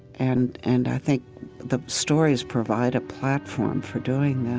and and i think the stories provide a platform for doing that